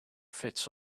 fits